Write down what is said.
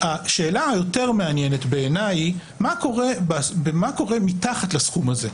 השאלה היותר מעניינת בעיניי היא: מה קורה מתחת לסכום הזה?